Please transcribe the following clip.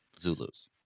Zulus